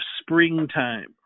springtime